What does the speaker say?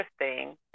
interesting